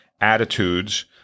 attitudes